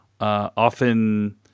often